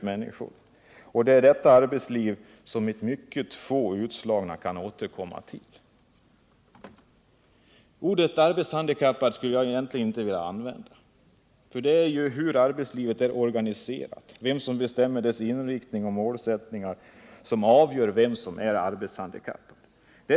Människor slås ut ur arbetslivet, och mycket få av de utslagna kan återkomma dit. Ordet arbetshandikappad skulle jag egentligen inte vilja använda, för det är ju hur arbetslivet är organiserat, vem som bestämmer dess inriktning och målsättningar, som avgör vem som är arbetshandikappad.